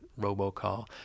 robocall